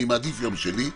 אני מעדיף ביום שני,